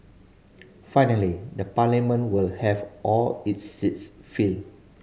finally the Parliament will have all its seats filled